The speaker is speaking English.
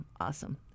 awesome